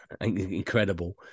Incredible